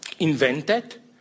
invented